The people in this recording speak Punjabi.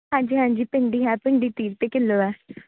ਹਾਂਜੀ ਹਾਂਜੀ ਭਿੰਡੀ ਹੈ ਭਿੰਡੀ ਤੀਹ ਰੁਪਏ ਕਿੱਲੋ ਹੈ